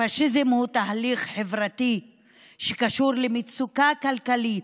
הפשיזם הוא תהליך חברתי שקשור למצוקה כלכלית,